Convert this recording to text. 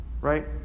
right